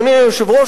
אדוני היושב-ראש,